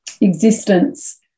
existence